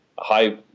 High